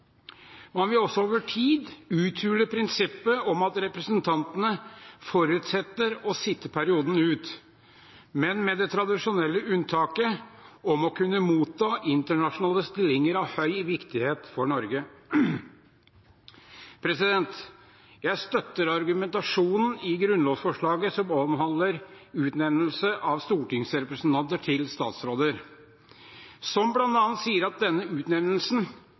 Man vil også over tid uthule prinsippet om at representantene forutsetter å sitte perioden ut, men med det tradisjonelle unntaket om å kunne motta internasjonale stillinger av høy viktighet for Norge. Jeg støtter argumentasjonen i grunnlovsforslaget som omhandler utnevnelse av stortingsrepresentanter til statsråder, som bl.a. sier at denne utnevnelsen